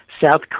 South